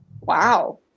wow